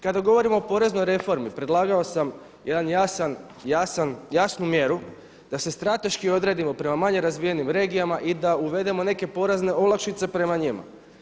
Kada govorimo o poreznoj reformi predlagao sam jednu jasnu mjeru da se strateški odredimo prema manje razvijenim regijama i da uvedemo neke porezne olakšice prema njima.